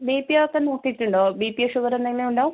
B P ഒക്കെ നോക്കിയിട്ടുണ്ടോ ബിപിയോ ഷുഗറോ എന്തെങ്കിലും ഉണ്ടോ